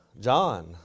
John